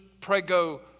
prego